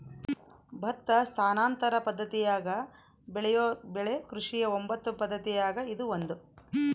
ಭತ್ತ ಸ್ಥಾನಾಂತರ ಪದ್ದತಿಯಾಗ ಬೆಳೆಯೋ ಬೆಳೆ ಕೃಷಿಯ ಒಂಬತ್ತು ಪದ್ದತಿಯಾಗ ಇದು ಒಂದು